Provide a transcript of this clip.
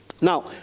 now